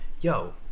yo